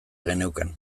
geneukan